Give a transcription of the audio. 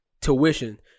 tuition